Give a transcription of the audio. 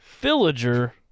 Villager